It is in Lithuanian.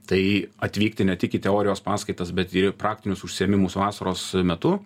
tai atvykti ne tik į teorijos paskaitas bet ir į praktinius užsiėmimus vasaros metu